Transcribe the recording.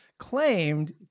claimed